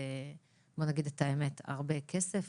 בואו נגיד את האמת: הרבה כסף,